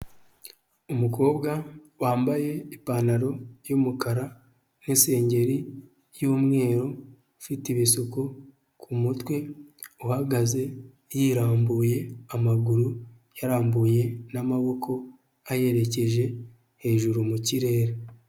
Umukobwa wambaye ipantaro y'umukara n'isengeri y'umweru, ufite ibisuko ku mutwe uhagaze yirambuye, amaguru yarambuye n'amaboko ayerekeje hejuru mu kirere.